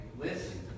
listen